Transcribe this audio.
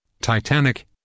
Titanic